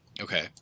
Okay